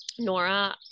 Nora